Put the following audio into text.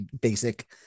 basic